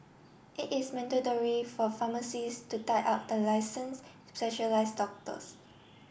it is mandatory for pharmacies to tie up the licensed specialise doctors